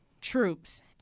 troops